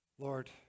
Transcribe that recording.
Lord